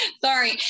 Sorry